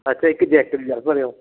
ਅੱਛਾ ਇੱਕ ਜੈਕ ਦੀ ਦੱਸ ਰਹੇ ਓਂ